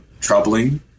troubling